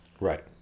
Right